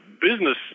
business